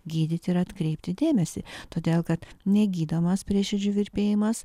gydyti ir atkreipti dėmesį todėl kad negydomas prieširdžių virpėjimas